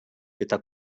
eta